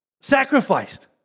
sacrificed